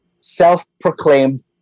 self-proclaimed